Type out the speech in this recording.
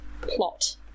plot